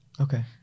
Okay